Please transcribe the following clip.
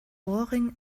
ohrring